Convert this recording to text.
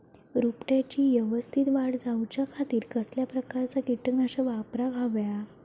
रोपट्याची यवस्तित वाढ जाऊच्या खातीर कसल्या प्रकारचा किटकनाशक वापराक होया?